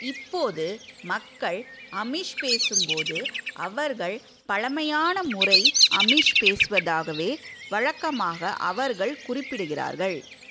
இப்போது மக்கள் அமிஷ் பேசும்போது அவர்கள் பழமையான முறை அமிஷ் பேசுவதாகவே வழக்கமாக அவர்கள் குறிப்பிடுகிறார்கள்